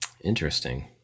Interesting